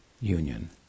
union